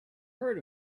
heard